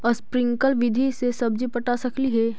Sprinkle विधि से सब्जी पटा सकली हे?